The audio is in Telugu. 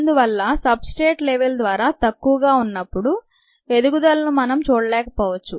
అందువల్ల సబ్ స్ట్రేట్ లెవల్ చాలా తక్కువగా ఉన్నప్పుడు ఎదుగుదల ను మనం చూడలేకపోవచ్చు